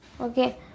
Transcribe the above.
okay